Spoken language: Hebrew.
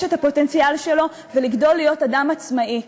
את הפוטנציאל שלו ולגדול להיות אדם עצמאי.